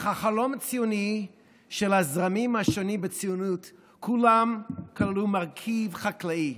אך החלום הציוני של הזרמים השונים בציונות של כולם כלל מרכיב חקלאי: